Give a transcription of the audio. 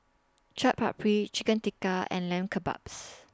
Chaat Papri Chicken Tikka and Lamb Kebabs